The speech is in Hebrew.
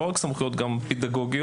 לא רק סמכויות פדגוגיות